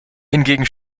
hingegen